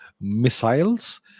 missiles